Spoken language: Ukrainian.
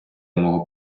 мого